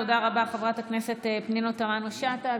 תודה רבה, חברת הכנסת פנינה תמנו שטה.